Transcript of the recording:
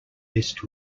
list